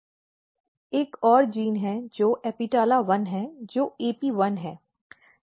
एक और जीन जो APETALA1 है जो AP1 है